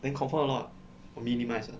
then confirm or not oh minimize ah